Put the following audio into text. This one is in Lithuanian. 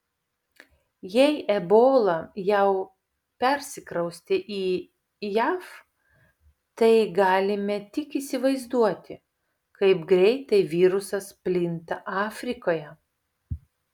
jei ebola jau persikraustė į jav tai galime tik įsivaizduoti kaip greitai virusas plinta afrikoje